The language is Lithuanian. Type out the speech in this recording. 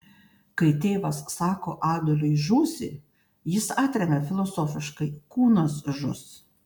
kai tėvas sako adoliui žūsi jis atremia filosofiškai kūnas žus